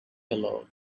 yellow